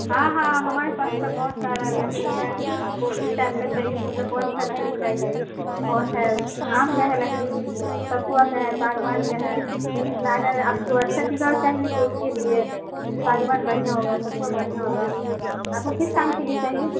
ہاں ہاں ہمارے پاس تو بہت سارا لکڑی ہے آپ کو کس ٹائپ کا چاہیے مطلب کون سا لکڑی چاہیے بہت ہے آم کا ہے لکڑی ساکھو کا ہے ساگون کا ہے لیکن اگر آپ کو اچھا چیز اور چاہیے تو اس کے لیے ساگوان بڑھیا ہوگا ساکھو بڑھیا ہوگا آپ کو کس کام کے لیے چاہیے